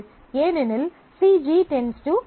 ஏனெனில் CG → I